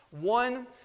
One